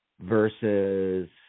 versus